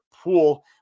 Pool